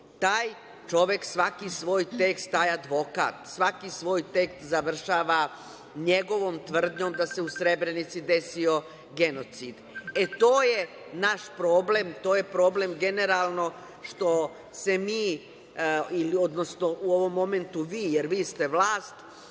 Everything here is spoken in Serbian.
čovek svaki svoj tekst, taj advokat, svaki svoj tekst završava njegovom tvrdnjom da se u Srebrenici desio genocid. To je naš problem, to je problem generalno što se mi, odnosno u ovom momentu vi, jer vi ste vlast,